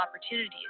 opportunities